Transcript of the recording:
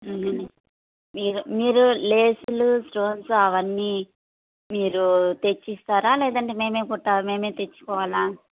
మీరు మీరు లేసులు స్టోన్స్ అవన్నీ మీరు తెచ్చిస్తారా లేదంటే మేమే కుట్ట మేమే తెచ్చుకోవాలా